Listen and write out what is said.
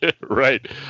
Right